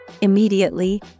immediately